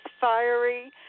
fiery